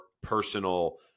personal